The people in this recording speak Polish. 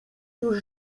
już